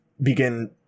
begin